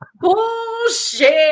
bullshit